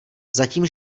zatím